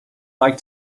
like